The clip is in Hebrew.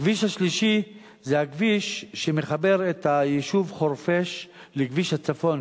הכביש השלישי זה הכביש שמחבר את היישוב חורפיש לכביש הצפון,